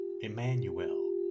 Emmanuel